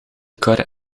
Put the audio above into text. kar